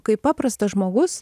kaip paprastas žmogus